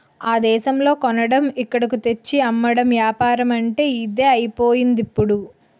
ఆ దేశంలో కొనడం ఇక్కడకు తెచ్చి అమ్మడం ఏపారమంటే ఇదే అయిపోయిందిప్పుడు